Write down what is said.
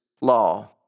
law